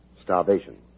Starvation